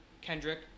Kendrick